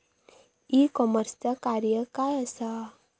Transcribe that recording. E कॉमर्सचा कार्य काय असा?